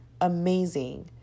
Amazing